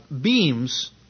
beams